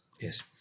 Yes